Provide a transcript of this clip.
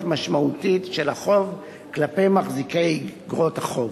משמעותית של החוב כלפי מחזיקי איגרות החוב.